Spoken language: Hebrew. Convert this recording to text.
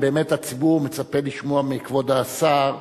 ובאמת הציבור מצפה לשמוע מכבוד השר,